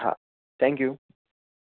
હા thank you